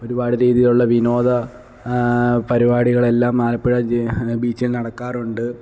ഒരുപാട് രീതിയിലുള്ള വിനോദ പരിപാടികളെല്ലാം ആലപ്പുഴ ബീച്ചിൽ നടക്കാറുണ്ട്